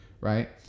Right